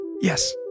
Yes